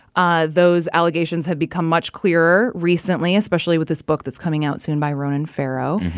ah those allegations have become much clearer recently, especially with this book that's coming out soon by ronan farrow,